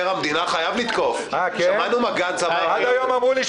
אני מודה לחברי הכנסת